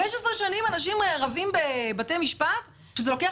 במשך 15 שנים אנשים רבים בבתי משפט וזה לוקח